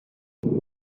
اینایی